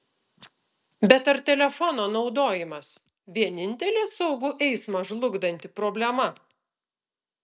bet ar telefono naudojimas vienintelė saugų eismą žlugdanti problema